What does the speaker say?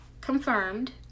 confirmed